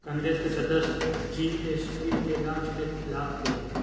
कांग्रेस के सदस्य जी.एस.टी के लॉन्च के खिलाफ थे